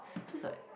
so it's like